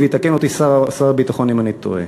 ויתקן אותי שר הביטחון אם אני טועה.